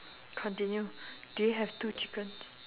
continue do you have two chickens